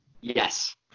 Yes